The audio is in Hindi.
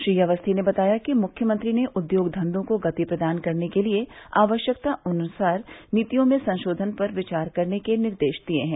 श्री अवस्थी ने बताया कि मुख्यमंत्री ने उद्योग धन्यों को गति प्रदान करने के लिए आवश्यकतानुसार नीतियों में संशोधन पर विचार करने के निर्देश दिए हैं